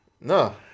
No